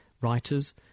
writers